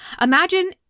Imagine